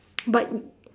but n~